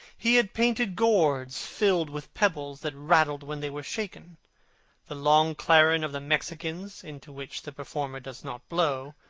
he had painted gourds filled with pebbles that rattled when they were shaken the long clarin of the mexicans, into which the performer does not blow,